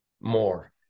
more